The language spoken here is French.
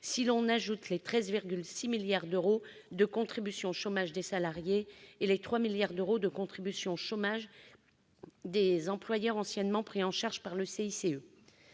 si l'on ajoute les 13,6 milliards d'euros de contribution chômage des salariés et les 3 milliards d'euros de contribution chômage des employeurs, anciennement pris en charge par le CICE,